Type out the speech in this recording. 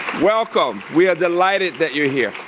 welcome, we are delighted that you're here.